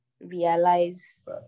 realize